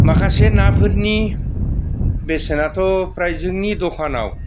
माखासे नाफोरनि बेसादाथ' फ्राय जोंनि द'खानाव